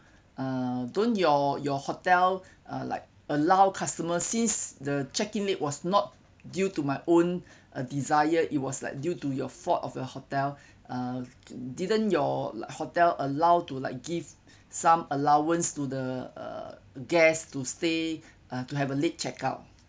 uh don't your your hotel uh like allow customer since the check in late was not due to my own uh desire it was like due to your fault of your hotel uh didn't your uh hotel allowed to like give some allowance to the uh guests to stay uh to have a late check out